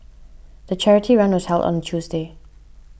the charity run was held on Tuesday